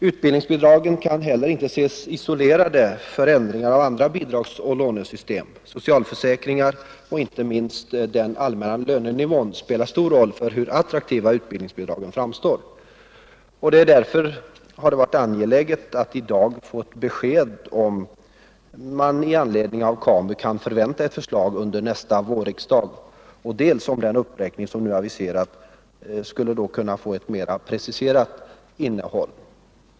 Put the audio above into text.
Utbildningsbidragen kan heller inte ses isolerade från ändringar av andra bidragsoch lånesystem — socialförsäkringar och inte minst den allmänna lönenivån spelar stor roll för hur attraktiva utbildningsbidragen framstår. Därför har det varit angeläget att i dag få besked om man i anledning av KAMU:s betänkande kan förvänta ett förslag från regeringen under nästa vårriksdag och om den uppräkning som nu aviserats skulle kunna få ett mera preciserat innehåll.